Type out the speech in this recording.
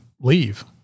leave